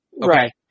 Right